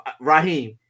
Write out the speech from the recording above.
Raheem